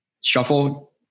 Shuffle